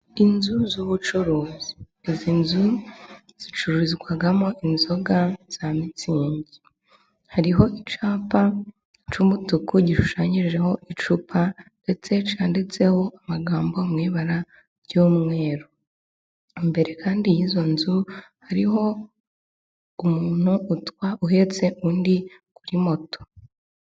Inzu z'ubucuruzi izi nzu zicururizwagamo inzoga za mitsingi hariho icyapa c'umutuku gishushanyirijeho icupa ndetse cyanditseho amagambo mw'ibara ry'umweru imbere kandi y'iyo nzu hariho umuntu uhetse undi kuri moto.